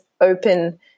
open